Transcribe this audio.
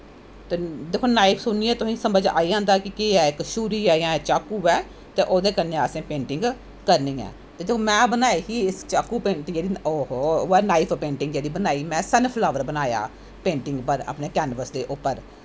दिक्खो नाईफ सुनियै तुसेंगी समझ आई जंदा गी केह् ऐ एह् इक शुरी ऐ जां चाकू ऐ ते ओह्दे कन्नैं असैं पेंटिंग करनीं ऐ ते जदूं में बनाई ही चाकू पेंटिंग ओह् नाईफ पेंटिंग जदूं बनाई ही सन फ्लावर बनाया हा पेंटिंग पर अपनें कैनबस पर